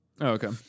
Okay